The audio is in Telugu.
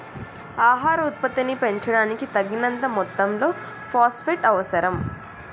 ఆహార ఉత్పత్తిని పెంచడానికి, తగినంత మొత్తంలో ఫాస్ఫేట్ అవసరం